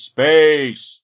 Space